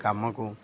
କାମକୁ